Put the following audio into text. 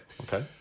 okay